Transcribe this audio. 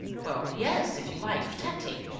well, yes, if you like, protecting!